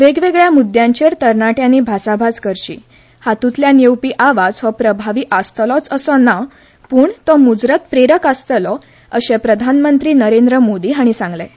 वेगवेगळ्या मुद्द्यांचेर तरणाट्यांनी भासाभास करची हातूंतल्यान येवपी आवाज हो प्रभावी आसतलोच असो ना पूण तो मुजरत प्रेरक आसतलो अशें प्रधानमंत्री मोदी हांणी सांगलें